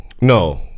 No